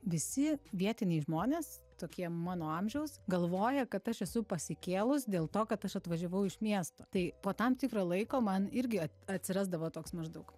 visi vietiniai žmonės tokie mano amžiaus galvoja kad aš esu pasikėlus dėl to kad aš atvažiavau iš miesto tai po tam tikro laiko man irgi atsirasdavo toks maždaug